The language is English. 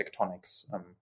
tectonics